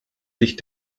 sich